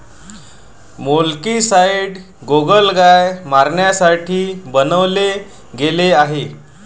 molluscicides गोगलगाय मारण्यासाठी बनवले गेले आहे